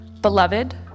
beloved